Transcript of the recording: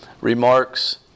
remarks